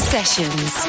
Sessions